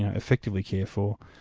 ah effectively care for,